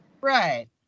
Right